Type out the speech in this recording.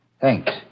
Thanks